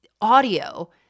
audio